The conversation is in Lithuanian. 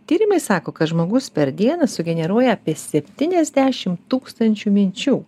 tyrimai sako kad žmogus per dieną sugeneruoja apie septyniasdešim tūkstančių minčių